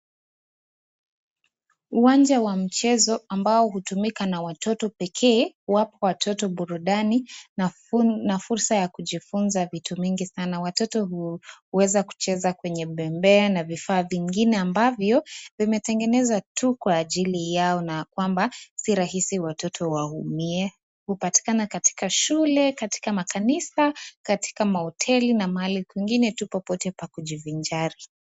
Uwanja wa mchezo ambao hutumika na watoto pekee, kuwapa watoto burudani, na fursa ya kujifunza vitu mingi sana. Watoto huweza kucheza kwenye bembea na vifaa vingine ambavyo, vimetengenezwa tu kwa ajili yao, na kwamba, si rahisi watoto waumie. Hupatikana katika shule, katika makanisa, katika mahoteli, na mahali kwingine tu popote pa kujivinjari.